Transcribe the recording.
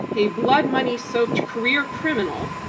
a blood money soaked career criminal,